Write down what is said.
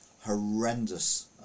horrendous